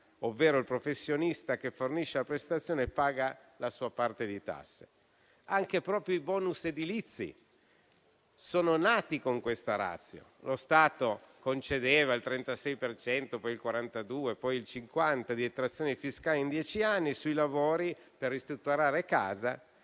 ovvero il professionista che fornisce la prestazione, paga la sua parte di tasse. Anche i *bonus* edilizi sono nati con questa *ratio*: lo Stato concedeva il 36 per cento, poi il 42, poi il 50 per cento, di detrazioni fiscali in dieci anni sui lavori per ristrutturare casa